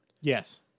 Yes